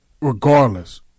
Regardless